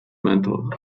mantle